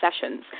sessions